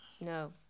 no